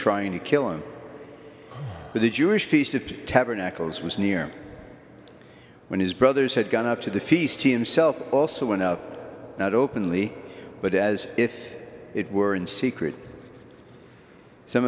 trying to kill him but the jewish feast of tabernacles was near when his brothers had gone up to the feast in self also went out not openly but as if it were in secret some